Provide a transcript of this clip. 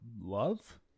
love